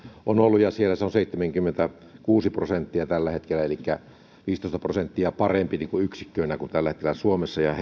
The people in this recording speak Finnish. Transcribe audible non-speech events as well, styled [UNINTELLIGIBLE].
on ollut ja siellä se on seitsemänkymmentäkuusi prosenttia tällä hetkellä elikkä viisitoista prosenttia parempi yksikköinä kuin tällä hetkellä suomessa ja [UNINTELLIGIBLE]